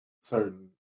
certain